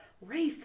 race